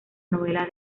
novela